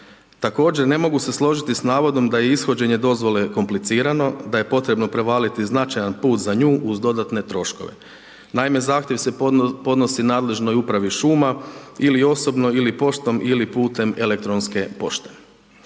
Također ne mogu se složiti s navodom da je ishođenje dozvole komplicirano, da je potrebno prevaliti značajan put za nju uz dodatne troškove. Naime, zahtjev se podnosi nadležnoj upravi šuma ili osobno ili poštom ili putem elektronske pošte.